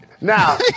Now